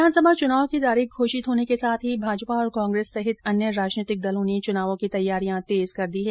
विधानसभा चुनाव की तिथि घोषित होने के साथ ही भाजपा और कांग्रेस सहित अन्य राजनीति दलों ने चुनावों की तैयारियां तेज कर दी है